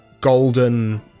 golden